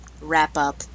wrap-up